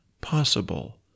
possible